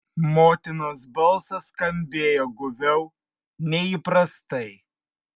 motinos balsas skambėjo guviau nei įprastai